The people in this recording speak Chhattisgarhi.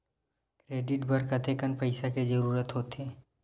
क्रेडिट बर कतेकन पईसा के जरूरत होथे?